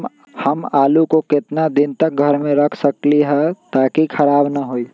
हम आलु को कितना दिन तक घर मे रख सकली ह ताकि खराब न होई?